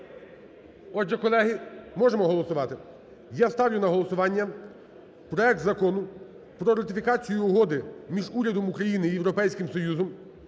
Отже, колеги, можемо голосувати. Я ставлю на голосування проект Закону про ратифікацію Угоди між Урядом України і Європейським Союзом